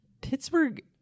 Pittsburgh